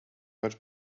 word